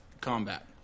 combat